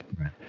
Right